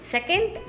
Second